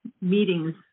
meetings